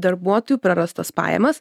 darbuotojų prarastas pajamas